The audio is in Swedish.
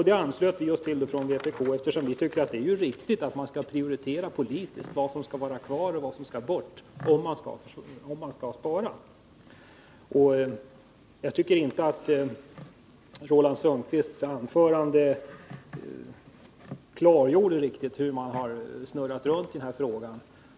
Det anslöt vi oss till från vpk, eftersom vi tycker att det är riktigt att prioritera politiskt vad som skall vara kvar och vad som skall bort, om man skall spara. Jag tycker inte att Roland Sundgrens anförande riktigt klargjorde hur man ändrat ståndpunkt i den här frågan.